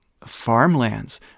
farmlands